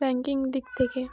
banking দিক থেকে